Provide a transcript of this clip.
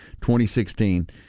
2016